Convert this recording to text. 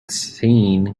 seen